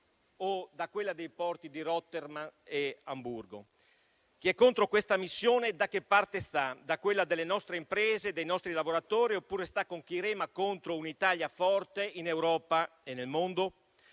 o da quella dei porti di Rotterdam e Amburgo. Chi è contro questa missione da che parte sta? Da quella delle nostre imprese e dei nostri lavoratori oppure sta con chi rema contro un'Italia forte in Europa e nel mondo?